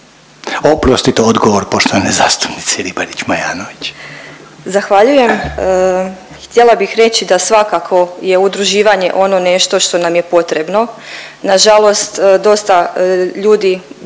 Oprostite odgovor poštovane zastupnice Ribarić Majanović. **Ribarić Majanović, Ivana (SDP)** Zahvaljujem. Htjela bih reći da svakako je udruživanje ono nešto što nam je potrebno. Nažalost dosta ljudi